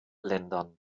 ländern